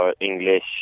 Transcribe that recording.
English